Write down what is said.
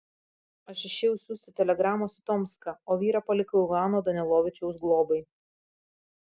aš išėjau siųsti telegramos į tomską o vyrą palikau ivano danilovičiaus globai